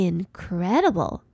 Incredible